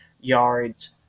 yards